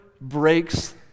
breaks